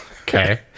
okay